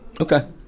Okay